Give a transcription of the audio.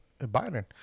Biden